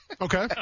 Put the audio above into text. Okay